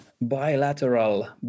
bilateral